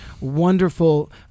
wonderful